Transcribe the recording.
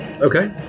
Okay